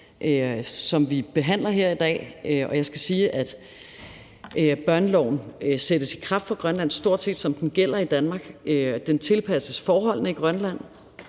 som vi behandler her i dag. Og jeg skal sige, at børneloven sættes i kraft for Grønland, stort set som den gælder i Danmark. Den tilpasses forholdene i Grønland,